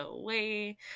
away